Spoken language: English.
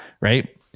Right